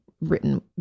written